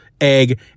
egg